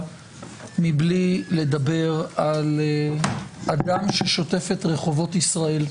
מבלי לדבר על הדם ששוטף את רחובות ישראל.